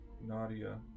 Nadia